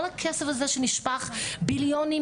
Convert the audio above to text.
כל הכסף הזה שנשפך ביליונים,